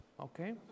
okay